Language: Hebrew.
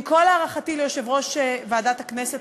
עם כל הערכתי ליושב-ראש ועדת הכנסת,